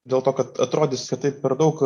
dėl to kad atrodys kad taip per daug